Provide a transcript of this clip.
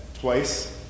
twice